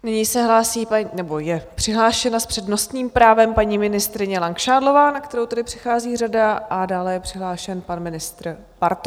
Nyní se hlásí, nebo je přihlášena, s přednostním právem paní ministryně Langšádlová, na kterou tedy přichází řada, a dále je přihlášen pan ministr Bartoš.